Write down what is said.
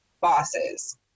bosses